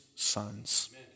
sons